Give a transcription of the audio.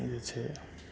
जे छै